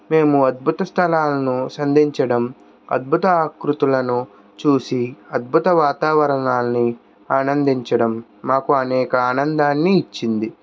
మేము అద్భుత స్థలాలను సంధించడం అద్భుత ఆకృతులని చూసి అద్భుత వాతావరణాలని ఆనందించడం మాకు అనేక ఆనందాన్ని ఇచ్చింది